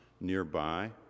nearby